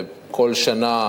וכל שנה,